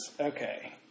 okay